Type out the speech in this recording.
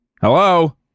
Hello